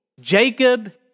Jacob